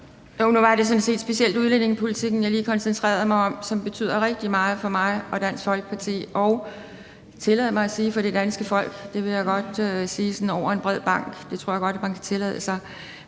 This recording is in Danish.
Nu var det sådan set specielt udlændingepolitikken, jeg lige koncentrerede mig om, og som betyder rigtig meget for mig og Dansk Folkeparti, og tillad mig at sige: for det danske folk. Det vil jeg godt sige sådan over en bred bank. Det tror jeg godt man kan tillade sig.